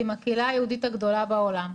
עם הקהילה היהודית הגדולה בעולם.